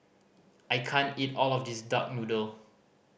I can't eat all of this duck noodle